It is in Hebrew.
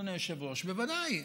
אדוני היושב-ראש, ודאי,